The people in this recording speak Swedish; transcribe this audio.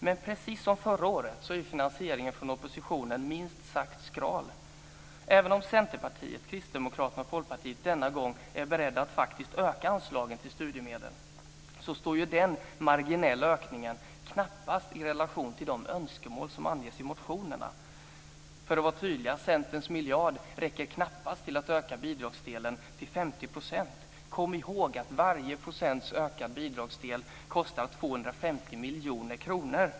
Men precis som förra året är finansieringen från oppositionen minst sagt skral. Folkpartiet denna gång är beredda att faktiskt öka anslaget till studiemedel står den marginella ökningen knappast i relation till de önskemål som anges i motionerna. För att vara tydlig: Centerns miljard räcker knappast till att öka bidragsdelen till 50 %. Kom ihåg att varje procents ökning av bidragsdelen kostar 250 miljoner kronor.